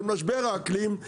של משבר האקלים,